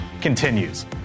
continues